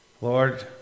Lord